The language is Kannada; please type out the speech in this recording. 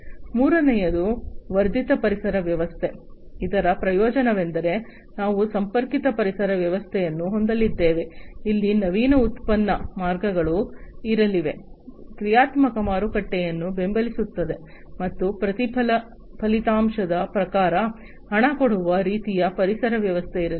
ಮೂರನೆಯದು ವರ್ಧಿತ ಪರಿಸರ ವ್ಯವಸ್ಥೆ ಇದರ ಪ್ರಯೋಜನವೆಂದರೆ ನಾವು ಸಂಪರ್ಕಿತ ಪರಿಸರ ವ್ಯವಸ್ಥೆಯನ್ನು ಹೊಂದಲಿದ್ದೇವೆ ಅಲ್ಲಿ ನವೀನ ಉತ್ಪನ್ನ ಮಾರ್ಗಗಳು ಇರಲಿವೆ ಕ್ರಿಯಾತ್ಮಕ ಮಾರುಕಟ್ಟೆಯನ್ನು ಬೆಂಬಲಿಸುತ್ತವೆ ಮತ್ತು ಪ್ರತಿ ಫಲಿತಾಂಶದ ಪ್ರಕಾರ ಹಣ ಕೊಡುವ ರೀತಿಯ ಪರಿಸರ ವ್ಯವಸ್ಥೆ ಇರಲಿದೆ